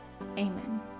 Amen